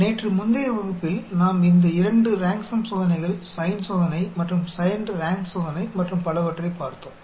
நேற்று முந்தைய வகுப்பில் நாம் இந்த இரண்டு ரான்க் சம் சோதனைகள் சைன் சோதனை மற்றும் சைன்ட் ரான்க் சோதனை மற்றும் பலவற்றைப் பார்த்தோம்